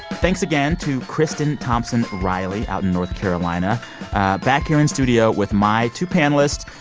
thanks again to kristen thompson-riley out in north carolina back here in studio with my two panelists,